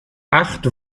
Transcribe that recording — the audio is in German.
acht